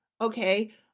Okay